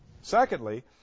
Secondly